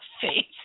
face